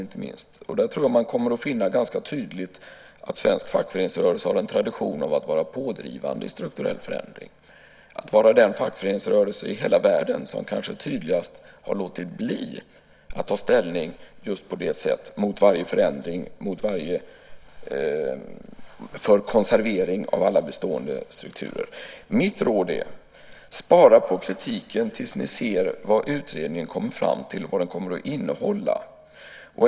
Jag tror att man då ganska tydligt kommer att finna att svensk fackföreningsrörelse har en tradition av att vara pådrivande i strukturell förändring, av att vara den fackföreningsrörelse som kanske tydligast i hela världen har låtit bli att ta ställning just på detta sätt mot varje förändring och för varje konservering av alla bestående strukturer. Mitt råd är: Spara på kritiken tills ni ser vad utredningen kommer fram till och vad den kommer att innehålla!